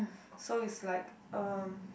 so it's like uh